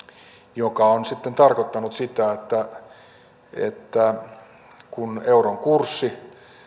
joka on sitten tarkoittanut sitä että kun euron kurssi